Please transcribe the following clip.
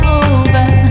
over